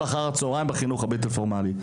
חלק בפעילות אחר הצהריים בחינוך הבלתי פורמלי.